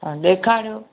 हा ॾेखारियो